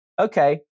okay